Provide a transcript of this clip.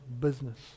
business